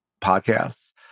podcasts